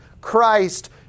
Christ